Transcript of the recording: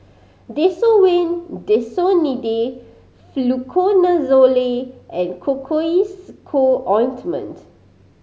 Desowen Desonide Fluconazole and Cocois Co Ointment